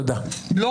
הגדילו